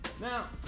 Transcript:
Now